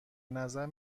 نظرم